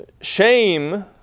Shame